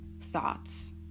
thoughts